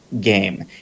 game